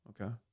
Okay